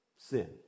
sin